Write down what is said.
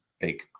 big